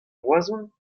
roazhon